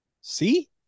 see